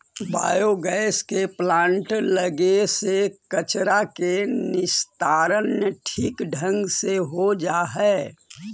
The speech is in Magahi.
बायोगैस के प्लांट लगे से कचरा के निस्तारण ठीक ढंग से हो जा हई